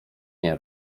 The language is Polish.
nie